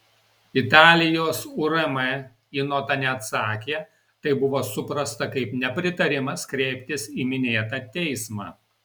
italijos urm į notą neatsakė tai buvo suprasta kaip nepritarimas kreiptis į minėtą teismą